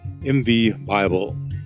mvbible